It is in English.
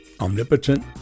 omnipotent